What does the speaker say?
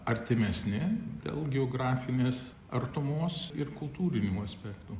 artimesni dėl geografinės artumos ir kultūrinių aspektų